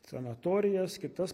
sanatorijas kitas